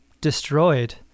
destroyed